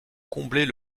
combler